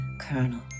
Colonel